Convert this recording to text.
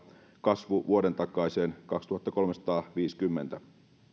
kasvu vuoden takaiseen kaksituhattakolmesataaviisikymmentä